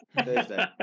Thursday